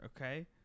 okay